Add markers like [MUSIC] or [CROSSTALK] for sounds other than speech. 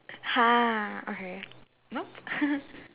!huh! okay nope [LAUGHS]